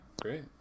great